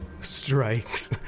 strikes